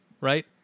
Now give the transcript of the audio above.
right